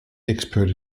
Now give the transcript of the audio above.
expert